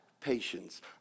patience